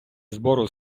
збору